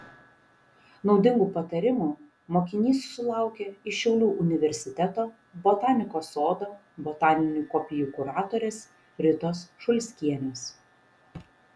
naudingų patarimų mokinys sulaukia iš šiaulių universiteto botanikos sodo botaninių kopijų kuratorės ritos šulskienės